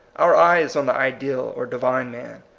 our eye is on the ideal or divine man.